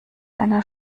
einer